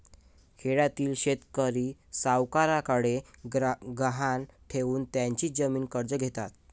खेड्यातील शेतकरी सावकारांकडे गहाण ठेवून त्यांची जमीन कर्ज घेतात